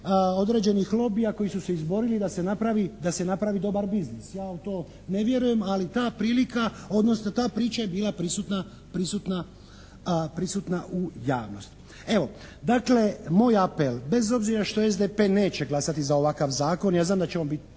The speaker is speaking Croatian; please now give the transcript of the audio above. određenih lobija koji su se izborili da se napravi, da se napravi dobar biznis. Ja u to ne vjerujem ali ta prilika odnosno ta priča je bila prisutna u javnosti. Evo, dakle moj apel bez obzira što SDP neće glasati za ovakav zakon, ja znam da će on biti